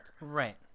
Right